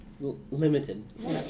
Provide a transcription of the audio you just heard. Limited